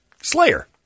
Slayer